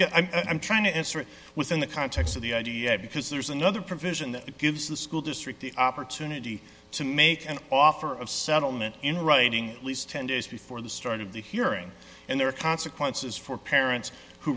clear i'm trying to answer it within the context of the idea because there's another provision that gives the school district the opportunity to make an offer of settlement in writing at least ten days before the start of the hearing and there are consequences for parents who